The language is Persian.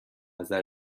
نظر